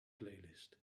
playlist